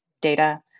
data